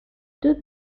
deux